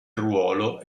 ruolo